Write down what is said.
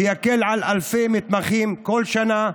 שיקל על אלפי מתמחים כל שנה,